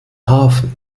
hafen